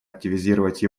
активизировать